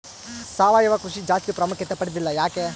ಸಾವಯವ ಕೃಷಿ ಜಾಸ್ತಿ ಪ್ರಾಮುಖ್ಯತೆ ಪಡೆದಿಲ್ಲ ಯಾಕೆ?